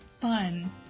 fun